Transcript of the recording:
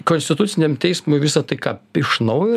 konstituciniam teismui visa tai ką iš naujo